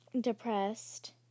depressed